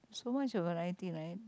so much of variety right